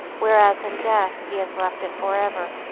whereas in death he has left it forever.